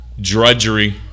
Drudgery